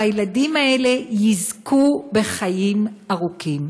והילדים האלה יזכו בחיים ארוכים.